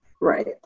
Right